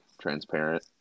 transparent